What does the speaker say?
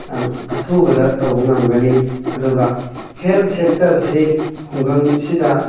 ꯌꯥꯝ ꯑꯊꯨꯕꯗ ꯇꯧꯕ ꯉꯝꯒꯅꯤ ꯑꯗꯨꯒ ꯍꯦꯜꯊ ꯁꯦꯛꯇꯔꯁꯤ ꯈꯨꯡꯒꯪꯁꯤꯗ